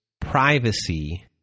privacy